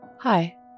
Hi